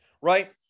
right